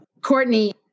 Courtney